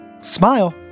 Smile